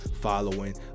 following